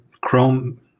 Chrome